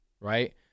Right